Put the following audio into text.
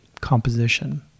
composition